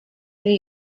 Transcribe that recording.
new